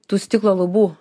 tų stiklo lubų